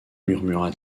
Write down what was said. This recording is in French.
murmura